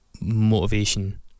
Motivation